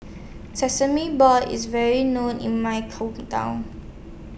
Sesame Balls IS very known in My